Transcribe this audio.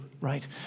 right